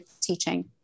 teaching